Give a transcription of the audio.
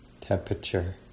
temperature